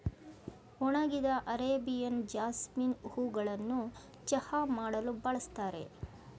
ಒಣಗಿದ Arabian jasmine ಹೂಗಳನ್ನು ಚಹಾ ಮಾಡಲು ಬಳ್ಸತ್ತರೆ